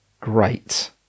Great